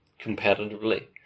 competitively